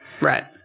Right